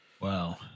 Wow